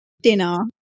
dinner